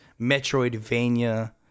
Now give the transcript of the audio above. metroidvania